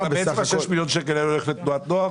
6 מיליון השקלים הולכים לתנועות נוער?